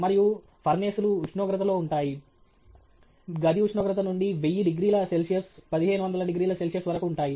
మరియు ఫర్నేసులు ఉష్ణోగ్రతలో ఉంటాయి గది ఉష్ణోగ్రత నుండి 1000 డిగ్రీల సెల్సియస్ 1500 డిగ్రీల సెల్సియస్ వరకు ఉంటాయి